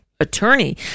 attorney